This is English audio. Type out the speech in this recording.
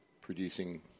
producing